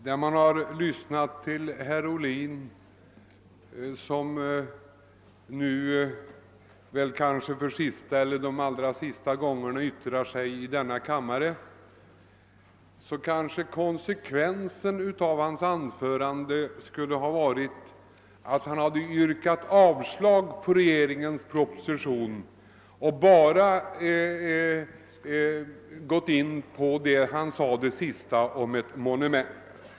När nu herr Ohlin yttrade sig kanske för sista gången i denna kammare borde hans anförande ha lett till ett yrkande om avslag på regeringens proposition, så att han inte bara hållit fast vid detta han sade sist om ett monument.